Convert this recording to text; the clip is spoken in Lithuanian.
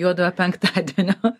juodojo penktadienio